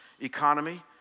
economy